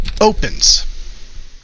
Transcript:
opens